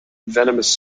venomous